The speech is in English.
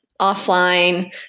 offline